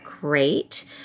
Great